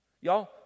Y'all